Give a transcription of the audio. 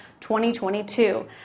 2022